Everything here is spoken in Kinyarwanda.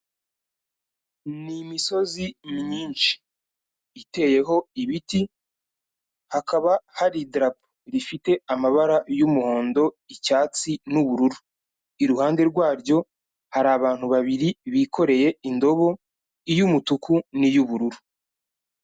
Ni imisozi myinshi iteyeho ibiti, hakaba hari idarapo rifite amabara y'umuhondo, icyatsi n'ubururu, iruhande rwaryo hari abantu babiri bikoreye indobo, iy'umutuku n'iy'ubururu.